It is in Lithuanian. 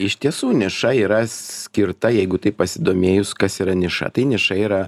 iš tiesų niša yra skirta jeigu taip pasidomėjus kas yra niša tai niša yra